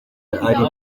ari